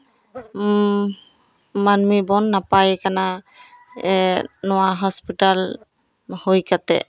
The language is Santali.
ᱢᱟᱱᱢᱤ ᱵᱚᱱ ᱱᱟᱯᱟᱭ ᱠᱟᱱᱟ ᱱᱚᱣᱟ ᱦᱚᱸᱥᱯᱤᱴᱟᱞ ᱦᱩᱭ ᱠᱟᱛᱮ